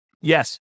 Yes